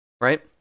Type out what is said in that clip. right